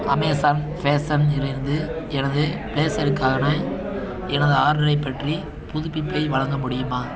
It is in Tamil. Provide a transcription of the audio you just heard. அமேசான் ஃபேஷன் இலிருந்து எனது ப்ளேசர்க்கான எனது ஆர்டரைப் பற்றி புதுப்பிப்பை வழங்க முடியுமா